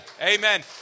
Amen